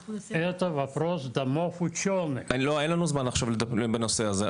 --- לא, אין לנו זמן עכשיו בנושא הזה.